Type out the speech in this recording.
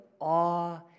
awe